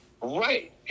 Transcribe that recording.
Right